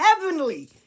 heavenly